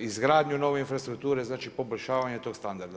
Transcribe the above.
izgradnju nove infrastrukture, znači poboljšavanje tog standarda.